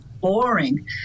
boring